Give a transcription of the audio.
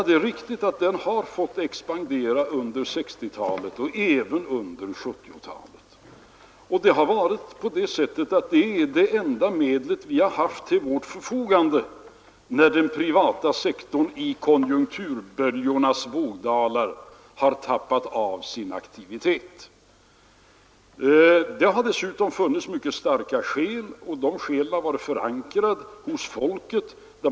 Det är riktigt att den har fått expandera under 1960-talet och även under 1970-talet. Det är det enda medel vi haft till vårt förfogande när den privata sektorn i konjunkturernas vågdalar tappat av sin aktivitet. Det har dessutom funnits mycket starka skäl för det, och dessa skäl har varit förankrade hos folket.